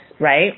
right